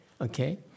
Okay